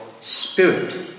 spirit